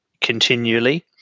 continually